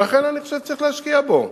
ולכן אני חושב שצריך להשקיע בו.